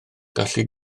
gallu